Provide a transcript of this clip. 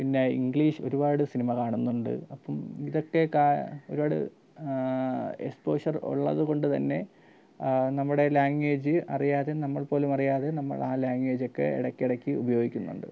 പിന്നെ ഇങ്ക്ളീഷ് ഒരുപാട് സിനിമ കാണുന്നുണ്ട് അപ്പം ഇതൊക്കെ ഒരുപാട് എക്സ്പ്ലോഷർ ഉള്ളത് കൊണ്ട് തന്നെ നമ്മുടെ ലാങ്വേജ് അറിയാതെ നമ്മൾ പോലുമറിയാതെ നമ്മൾ ആ ലാങ്വേജൊക്കെ ഇടയ്ക്കിടയ്ക്ക് ഉപയോഗിക്കുന്നുണ്ട്